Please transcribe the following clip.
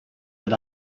that